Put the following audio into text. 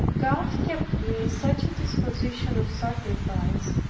god kept me in such a disposition of sacrifice,